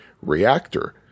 Reactor